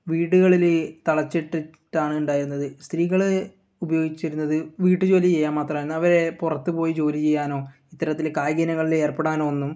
വീടുകളിൽ തളച്ചിട്ടിട്ടാണുണ്ടായിരുന്നത് സ്ത്രീകൾ ഉപയോഗിച്ചിരുന്നത് വീട്ട് ജോലി ചെയ്യാൻ മാത്രമാണ് അവരെ പുറത്ത് പോയി ജോലിചെയ്യാനോ ഇത്തരത്തിൽ കായിക ഇനങ്ങളിൽ ഏർപ്പെടാനോ ഒന്നും